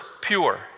pure